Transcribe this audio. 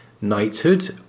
Knighthood